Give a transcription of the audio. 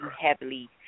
heavily